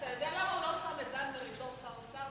אתה יודע למה הוא לא שם את דן מרידור שר האוצר?